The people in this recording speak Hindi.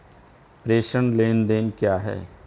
प्रेषण लेनदेन क्या है?